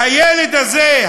הילד הזה,